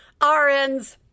RNs